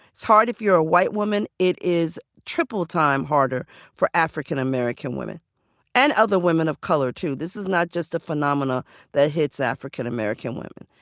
it's hard if you're a white woman. it is triple-time harder for african-american women and other women of color, too. this is not just a phenomena that hits african-american women.